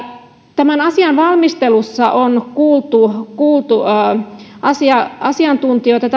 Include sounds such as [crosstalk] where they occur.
tämän asian valmistelussa on kuultu asiantuntijoita [unintelligible]